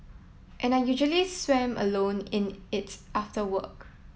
and I usually swam alone in its after work